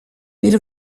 made